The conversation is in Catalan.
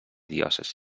diòcesi